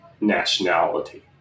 nationality